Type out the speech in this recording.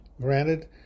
Granted